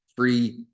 free